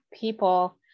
people